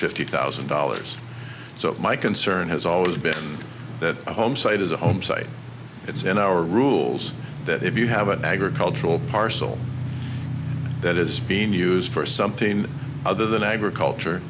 fifty thousand dollars so my concern has always been that a home site is a home site it's in our rules that if you have an agricultural parcel that is being used for something other than agriculture